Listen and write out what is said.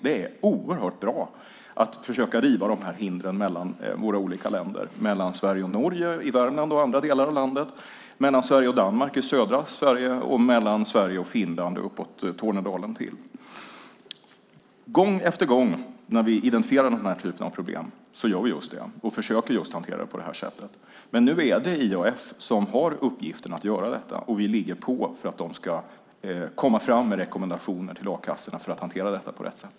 Det är oerhört bra att försöka riva de här hindren mellan våra olika länder - mellan Sverige och Norge i Värmland och andra delar av landet, mellan Sverige och Danmark i södra Sverige och mellan Sverige och Finland uppåt Tornedalen. Gång efter gång när vi identifierar den här typen av problem gör vi just det, och vi försöker att hantera det just på det här sättet. Men nu är det IAF som har uppgiften att göra detta, och vi ligger på för att de ska komma fram med rekommendationer till a-kassorna för att hantera detta på rätt sätt.